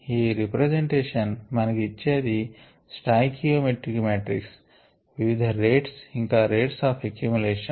ఈ రిప్రజెంటేషన్ మనకు ఇచ్చేది స్టాయికియో మెట్రిక్ మాట్రిక్స్ వివిధ రేట్స్ ఇంకా రేట్స్ ఆఫ్ ఎక్యుమిలేషన్